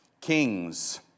Kings